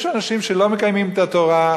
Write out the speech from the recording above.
יש אנשים שלא מקיימים את התורה,